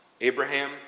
Abraham